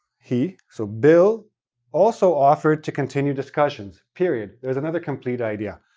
he, so bill also offered to continue discussions. period. there's another complete idea.